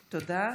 תודה.